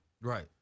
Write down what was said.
Right